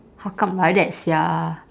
how come like that sia